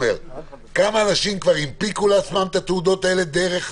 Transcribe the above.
כמה אנשים כבר הנפיקו לעצמם את התעודות הללו דרך